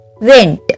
Went